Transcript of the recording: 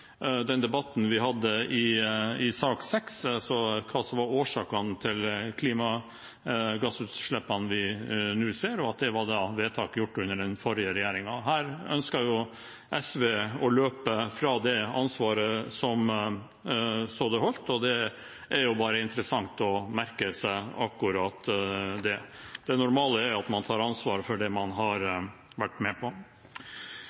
den debatten vi hadde i sak nr. 6, om hva som var årsakene til klimagassutslippene vi nå ser – at det var vedtak gjort under den forrige regjeringen. Her ønsket SV å løpe fra ansvaret, og det er jo interessant å merke seg. Det normale er at man tar ansvar for det man har